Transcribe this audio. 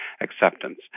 acceptance